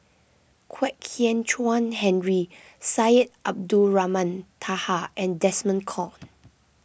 Kwek Hian Chuan Henry Syed Abdulrahman Taha and Desmond Kon